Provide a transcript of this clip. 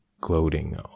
gloating